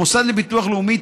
המוסד לביטוח לאומי,